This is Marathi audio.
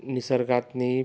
निसर्गातनी